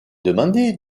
demandée